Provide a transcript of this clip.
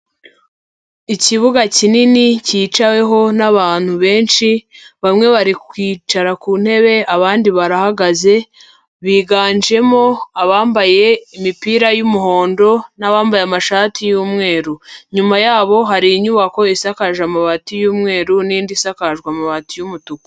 Ikibuga kinini cyicaweho n'abantu benshi, bamwe bari kwicara ku ntebe abandi barahagaze, biganjemo abambaye imipira y'umuhondo n'abambaye amashati y'umweru. Inyuma yabo hari inyubako isakaje amabati y'umweru n'indi isakajwe amabati y'umutuku.